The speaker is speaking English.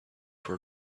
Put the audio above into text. for